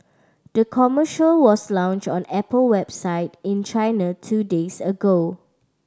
the commercial was launched on Apple website in China two days ago